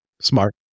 smart